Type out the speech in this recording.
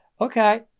Okay